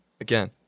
again